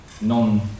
non